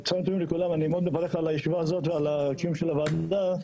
מאוד מברך על הישיבה הזאת ועל הקיום של הוועדה.